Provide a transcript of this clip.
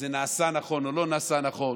זה נעשה נכון או לא נעשה נכון.